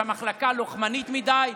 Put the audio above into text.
שהמחלקה לוחמנית מדי,